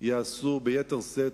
ייעשו ביתר שאת.